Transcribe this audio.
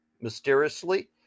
mysteriously